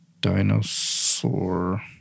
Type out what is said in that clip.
Dinosaur